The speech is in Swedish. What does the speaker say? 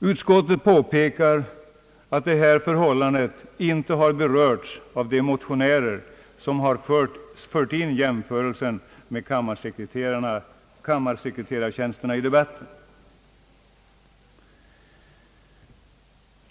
Utskottet påpekar att detta förhållande inte har berörts av de motionärer som har fört in jämförelsen med kammarsekreterartjänsterna i debatten.